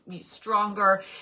stronger